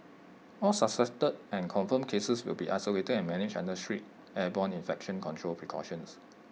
all suspected and confirmed cases will be isolated and managed under strict airborne infection control precautions